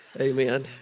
Amen